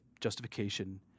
justification